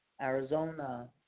Arizona